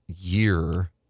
year